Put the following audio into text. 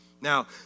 Now